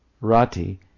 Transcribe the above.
Rati